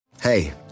Hey